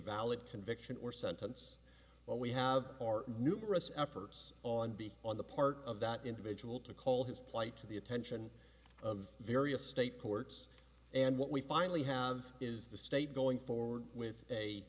valid conviction or sentence when we have our numerous efforts on be on the part of that individual to call his plight to the attention of various state courts and what we finally have is the state going forward with a